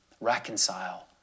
reconcile